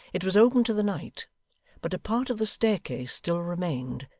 it was open to the night but a part of the staircase still remained,